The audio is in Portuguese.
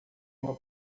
uma